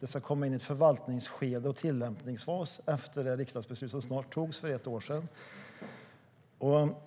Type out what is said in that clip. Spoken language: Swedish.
Det ska komma ett förvaltningsskede och en tillämpningsfas efter det riksdagsbeslut som fattades för snart ett år sedan.